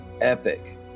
epic